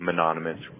mononymous